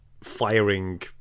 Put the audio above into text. firing